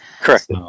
Correct